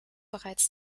bereits